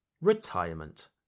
Retirement